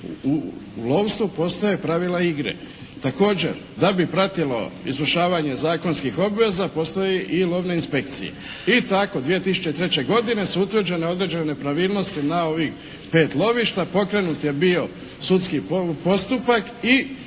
u lovstvu postoje pravila igre. Također, da bi pratilo izvršavanje zakonskih obveza postoji i lovne inspekcije. I tako 2003. godine su utvrđene određene nepravilnosti na ovih pet lovišta, pokrenut je bio sudski postupak i